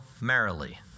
merrily